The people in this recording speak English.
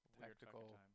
tactical